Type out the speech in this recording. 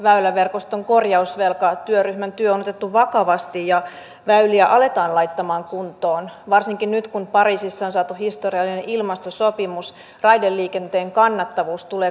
koulutetun reservin ylläpitämiseen on otettu vakavasti ja väyliä aletaan laittamaan kuntoon varsinkin nyt kun tänä syksynä kohdistunut myös muita määrärahavähennyksen ulkopuolisia paineita